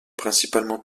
principalement